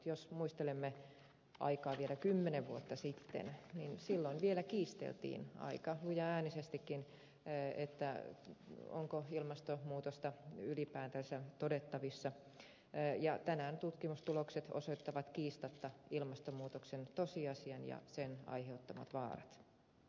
jos muistelemme aikaa vielä kymmenen vuotta sitten silloin vielä kiisteltiin aika lujaäänisestikin onko ilmastonmuutosta ylipäätänsä todettavissa ja tänään tutkimustulokset osoittavat kiistatta ilmastonmuutoksen tosiasian ja sen aiheuttamat vaarat